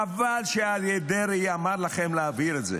חבל שאריה דרעי אמר לכם להעביר את זה,